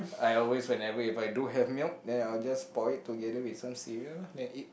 I always whenever if I do have milk then I will just pour it together with some cereal lah then eat